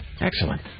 Excellent